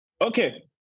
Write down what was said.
Okay